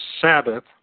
Sabbath